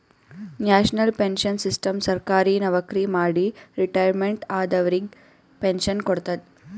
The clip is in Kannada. ನ್ಯಾಷನಲ್ ಪೆನ್ಶನ್ ಸಿಸ್ಟಮ್ ಸರ್ಕಾರಿ ನವಕ್ರಿ ಮಾಡಿ ರಿಟೈರ್ಮೆಂಟ್ ಆದವರಿಗ್ ಪೆನ್ಶನ್ ಕೊಡ್ತದ್